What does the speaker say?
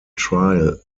trial